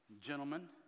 Gentlemen